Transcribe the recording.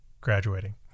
graduating